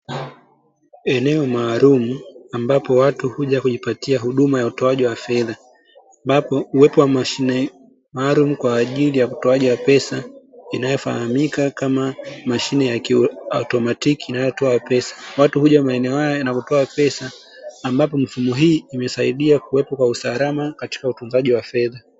Eneo maalumu ambalo watu huja kujipatia huduma ya utoaji wa fedha, ambapo uwepo wa mashine maalumu kwa ajili ya utowaji wa pesa inayofahamika kama mashine ya, kiautomatiki, inayotoa pesa ambapo watu huja maeneo haya na kutoa pesa, ambapo mifumo hii imesaidia kuwepo na usalama katika utunzaji wa fedha.